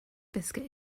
biscuit